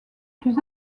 plus